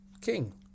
king